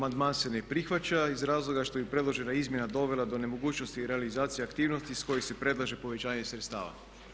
Amandman se ne prihvaća iz razloga što bi predložena izmjena dovela do nemogućnosti realizacije aktivnosti s kojih se predlaže povećanje sredstava.